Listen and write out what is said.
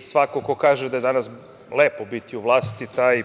Svako ko kaže da je danas lepo biti u vlasti, taj